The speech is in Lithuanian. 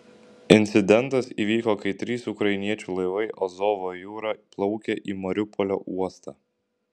incidentas įvyko kai trys ukrainiečių laivai azovo jūra plaukė į mariupolio uostą